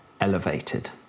elevated